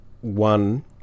one